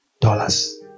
dollars